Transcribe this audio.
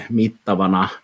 mittavana